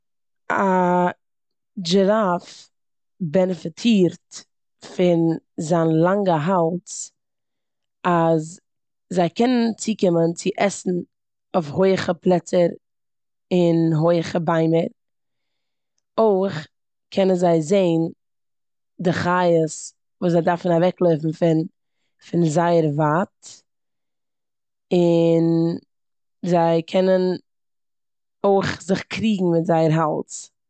א דשיראף בענעפיטירט פון זיין לאנגע האלז אז זיי קענען צוקומען צו עסן אויף הויכע פלעצער און הויכע ביימער. אויך קענען זיי זעען די חיות וואס זייי דארפן אוועקלויפן פון פון זייער ווייט און זיי קענען אויך זיך קריגן מיט זייער האלז.